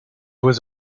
was